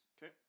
Okay